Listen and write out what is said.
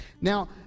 Now